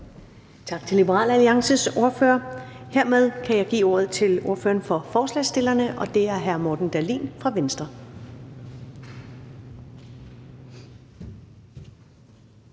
Tak til Liberal Alliances ordfører. Hermed kan jeg give ordet til ordføreren for forslagsstillerne, og det er hr. Morten Dahlin fra Venstre.